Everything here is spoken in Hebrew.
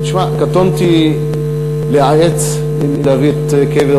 שמע, קטונתי מלייעץ אם להביא את קבר